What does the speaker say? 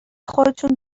خودتون